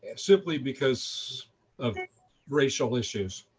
simply because of racial issues.